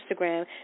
Instagram